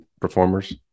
Performers